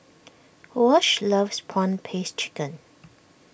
Wash loves Prawn Paste Chicken